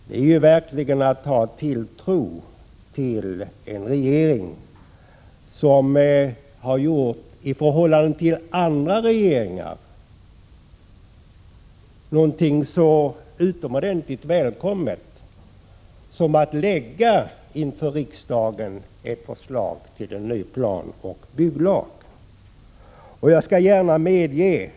Det är verkligen att ha tilltro till en regering som -— till skillnad från andra regeringar — har gjort någonting så utomordentligt välkommet som att förelägga riksdagen ett förslag till en ny planoch bygglag.